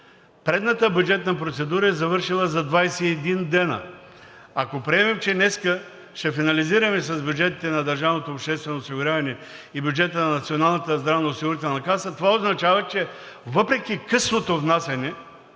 Предната бюджетна процедура е завършила за 21 дни. Ако приемем, че днес ще финализираме с бюджетите на държавното обществено осигуряване и бюджета на Националната здравноосигурителна каса, това означава, че въпреки късното внасяне